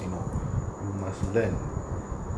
you know you must learn